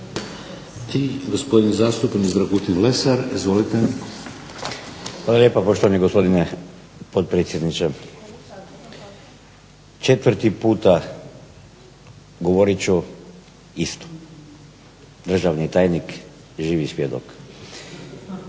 (Hrvatski laburisti - Stranka rada)** Hvala lijepa poštovani gospodine potpredsjedniče. Četvrti puta govorit ću isto. Državni tajnik je živi svjedok.